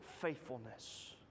faithfulness